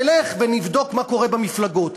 נלך ונבדוק מה קורה במפלגות.